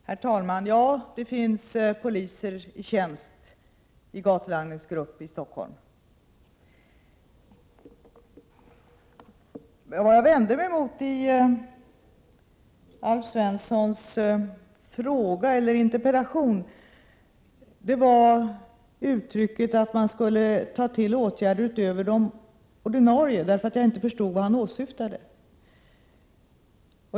Herr talman! Ja, det finns poliser i tjänst i gatulangningsgruppen i Stockholm. När det gäller Alf Svenssons interpellation vände jag mig emot att man skulle ta till åtgärder utöver de ordinarie. Jag förstod nämligen inte vad han åsyftade.